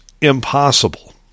impossible